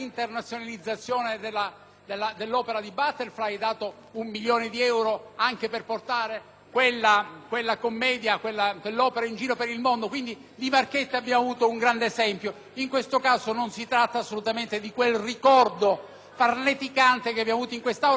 per portare quell'opera in giro per il mondo: quindi, di marchette abbiamo avuto un grande esempio. In questo caso non si tratta assolutamente di quel comportamento farneticante a cui si è assistito allora in quest'Aula, che determinò la caduta di quella maggioranza, ma si tratta di ben altro: si tratta di mantenere in vita un ente